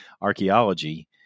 archaeology